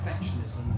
perfectionism